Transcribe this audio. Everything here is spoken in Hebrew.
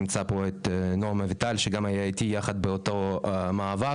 נמצא פה נועם אביטל שגם היה איתי יחד באותו מאבק.